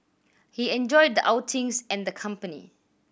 he enjoyed the outings and the company